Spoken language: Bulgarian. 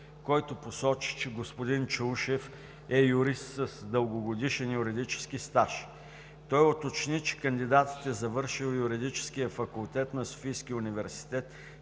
който посочи, че господин Чаушев е юрист с дългогодишен юридически стаж. Той уточни, че кандидатът е завършил Юридическия факултет на Софийския университет